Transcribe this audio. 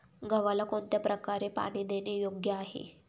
गव्हाला कोणत्या प्रकारे पाणी देणे योग्य आहे?